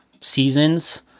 seasons